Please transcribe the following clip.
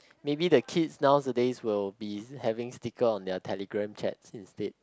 maybe the kids nowadays will be having sticker having on their Telegram chat is it